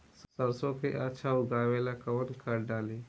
सरसो के अच्छा उगावेला कवन खाद्य डाली?